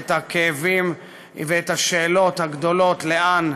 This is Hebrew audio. את הכאבים ואת השאלות הגדולות: לאן,